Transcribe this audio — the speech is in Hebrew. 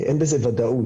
אין בזה ודאות.